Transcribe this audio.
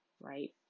right